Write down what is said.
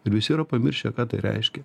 ir visi yra pamiršę ką tai reiškia